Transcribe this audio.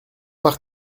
par